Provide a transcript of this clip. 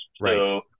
Right